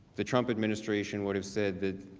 the trump administration would have said that